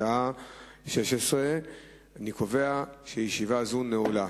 בשעה 16:00. אני קובע שישיבה זו נעולה.